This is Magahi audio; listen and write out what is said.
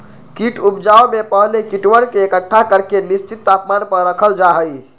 कीट उपजाऊ में पहले कीटवन के एकट्ठा करके निश्चित तापमान पर रखल जा हई